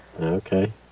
Okay